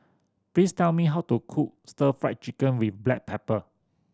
please tell me how to cook Stir Fry Chicken with black pepper